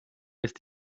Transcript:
ist